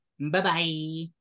Bye-bye